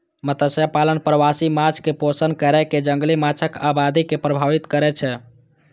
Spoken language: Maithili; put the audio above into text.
मत्स्यपालन प्रवासी माछ कें पोषण कैर कें जंगली माछक आबादी के प्रभावित करै छै